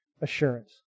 assurance